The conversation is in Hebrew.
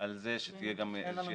על זה שתהיה גם אחידות.